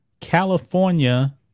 California